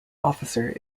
officer